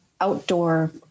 outdoor